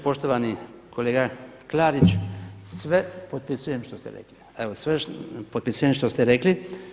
Poštovani kolega Klarić, sve potpisujem što ste rekli, evo sve potpisujem što ste rekli.